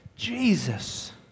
Jesus